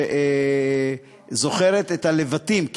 זוכרת את הלבטים.